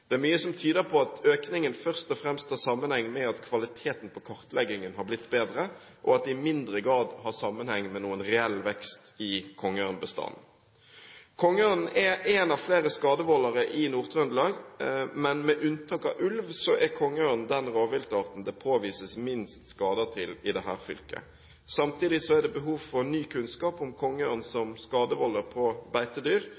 Det er mye som tyder på at økningen først og fremst har sammenheng med at kvaliteten på kartleggingen har blitt bedre, og at det i mindre grad har sammenheng med noen reell vekst i kongeørnbestanden. Kongeørnen er en av flere skadevoldere i Nord-Trøndelag, men med unntak av ulv er kongeørnen den rovviltarten det påvises minst skader fra i dette fylket. Samtidig er det behov for ny kunnskap om